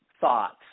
thoughts